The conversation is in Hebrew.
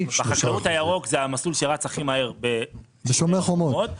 המסלול הירוק רץ הכי מהר בשומר החומות.